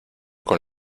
con